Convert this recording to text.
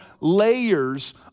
layers